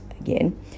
again